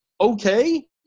okay